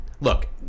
look